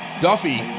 Duffy